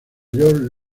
york